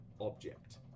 object